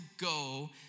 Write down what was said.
go